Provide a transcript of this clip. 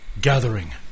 gathering